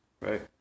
right